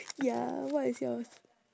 ya what is yours